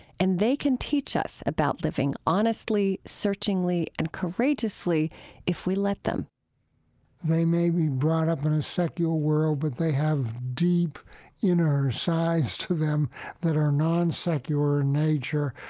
and they can teach us about living honestly, searchingly, and courageously if we let them they may be brought up in a secular world, but they have deep inner sides to them that are non-secular in nature,